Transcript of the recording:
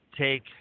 take